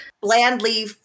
blandly